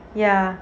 ya